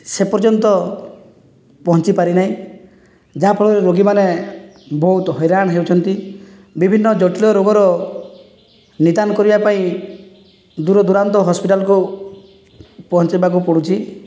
ସେ ପର୍ଯ୍ୟନ୍ତ ପହଞ୍ଚି ପାରିନାହିଁ ଯାହା ଫଳରେ ରୋଗୀମାନେ ବହୁତ ହଇରାଣ ହେଉଛନ୍ତି ବିଭିନ୍ନ ଜଟିଳ ରୋଗର ନିଦାନ କରିବା ପାଇଁ ଦୂର ଦୁରାନ୍ତ ହସ୍ପିଟାଲକୁ ପହଞ୍ଚାଇବାକୁ ପଡ଼ୁଛି